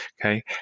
Okay